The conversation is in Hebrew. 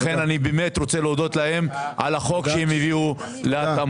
לכן אני באמת רוצה להודות להם על החוק שהם הביאו להתאמות,